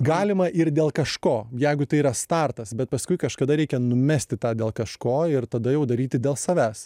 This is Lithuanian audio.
galima ir dėl kažko jeigu tai yra startas bet paskui kažkada reikia numesti tą dėl kažko ir tada jau daryti dėl savęs